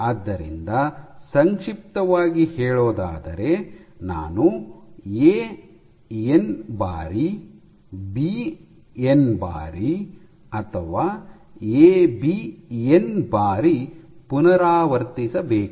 ಆದ್ದರಿಂದ ಸಂಕ್ಷಿಪ್ತವಾಗಿ ಹೇಳೋದಾದರೆ ನಾನು ಎ ಎನ್ ಬಾರಿ ಬಿ ಎನ್ ಬಾರಿ ಅಥವಾ ಎಬಿ ಎನ್ ಬಾರಿ ಪುನರಾವರ್ತಿಸಬೇಕಾ